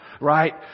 right